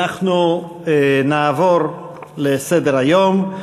אנחנו נעבור לסדר-היום.